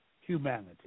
humanity